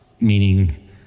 meaning